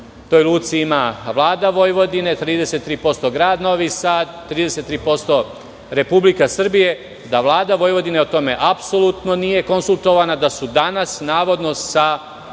toj Luci ima Vlada Vojvodine, 33% grad Novi Sad, 33% Republika Srbija, a da Vlada Vojvodine o tome apsolutno nije konsultovana i da je danas, navodno sa